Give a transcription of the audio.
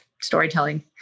storytelling